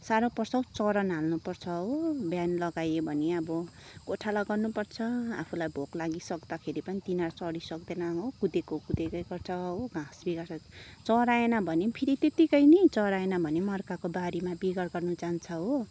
साह्रो पर्छ हौ चरन हाल्नुपर्छ हो बिहान लगायो भने अब गोठला गर्नुपर्छ आफूलाई भोक लागिसक्दाखेरि पनि तिनीहरू चरिसक्दैन हो कुदेको कुदेकै गर्छ हो घाँस बिगार्छ चराएन भने फेरि त्यतिकै नि चराएन भने अर्काको बारीमा बिगार गर्नु जान्छ हो